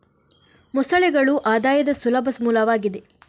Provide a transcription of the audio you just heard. ಮೊಸಳೆಗಳು ಆದಾಯದ ಸುಲಭ ಮೂಲವಾಗಿದೆ